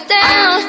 down